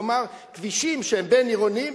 כלומר כבישים שהם בין-עירוניים.